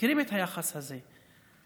מכירים את היחס הזה.